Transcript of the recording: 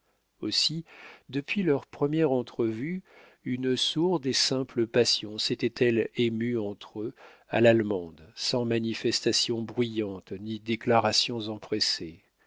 aussi depuis leur première entrevue une sourde et simple passion s'était-elle émue entre eux à l'allemande sans manifestations bruyantes ni déclarations empressées